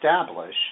establish